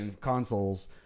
consoles